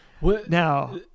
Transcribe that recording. now